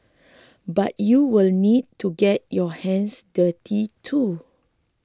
but you will need to get your hands dirty too